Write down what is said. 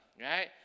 right